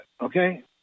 okay